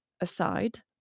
aside